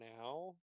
now